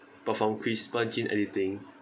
perform CRISPR gene editing